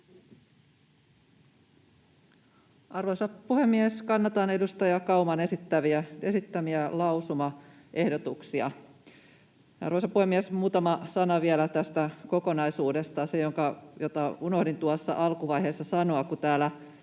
Arvoisa puhemies! Kannatan edustaja Kauman esittämiä lausumaehdotuksia. Arvoisa puhemies! Muutama sana vielä tästä kokonaisuudesta. Se, minkä unohdin tuossa alkuvaiheessa sanoa: Täällä